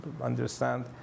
understand